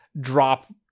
drop